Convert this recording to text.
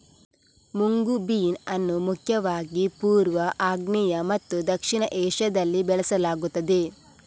mung bean ಅನ್ನು ಮುಖ್ಯವಾಗಿ ಪೂರ್ವ, ಆಗ್ನೇಯ ಮತ್ತು ದಕ್ಷಿಣ ಏಷ್ಯಾದಲ್ಲಿ ಬೆಳೆಸಲಾಗುತ್ತದೆ